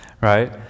Right